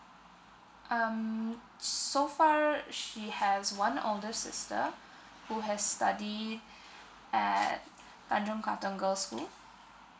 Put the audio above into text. um so far she has one older sister who has study at tanjong katong girls' school